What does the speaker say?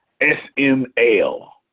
S-M-L